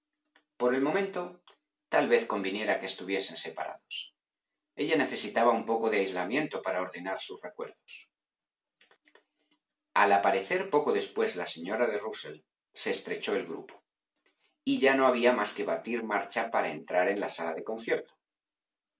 por el momento tal vez conviniera que estuviesen separados ella necesitaba un poco de aislamiento para ordenar sus recuerdos al aparecer poco después la señora de rusell se estrechó el grupo y ya no había más que batir marcha para entrar en la sala del